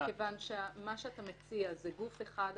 כיוון שמה שאתה מציע זה גוף אחד.